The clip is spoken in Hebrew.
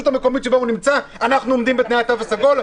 המקומית בה הוא נמצא שהם עומדים בתו הסגול?